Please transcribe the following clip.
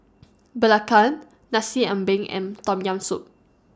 Belacan Nasi Ambeng and Tom Yam Soup